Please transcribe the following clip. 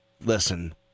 Listen